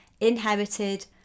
inherited